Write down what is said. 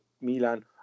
Milan